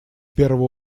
первую